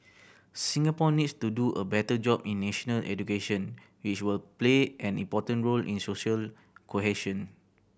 Singapore needs to do a better job in national education which will play an important role in social cohesion